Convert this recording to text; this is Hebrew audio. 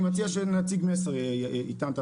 אני מציע שנציג מסר יענה.